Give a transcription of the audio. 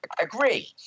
agree